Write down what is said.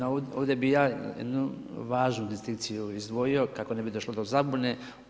Ovdje bih ja jednu važnu distrakciju izdvojio kako ne bi došlo do zabune.